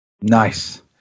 Nice